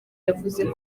yavuze